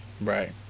Right